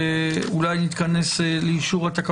שאולי נתכנס לאישור התקנות,